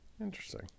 Interesting